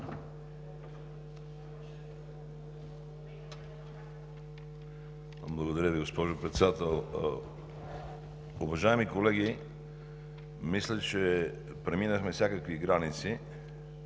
Благодаря Ви, госпожо Председател. Уважаеми колеги, мисля, че преминахме всякакви граници